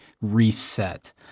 reset